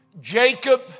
Jacob